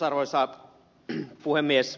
arvoisa puhemies